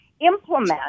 implement